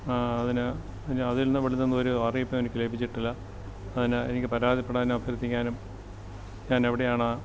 അതിന് അതിൽനിന്ന് ഒരു അറിയിപ്പും എനിക്ക് ലഭിച്ചിട്ടില്ല അതിന് എനിക്ക് പരാതിപ്പെടാനും അഭ്യർത്ഥിക്കാനും ഞാൻ എവിടെയാണ്